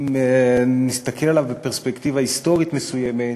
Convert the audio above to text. אם נסתכל עליו בפרספקטיבה היסטורית מסוימת,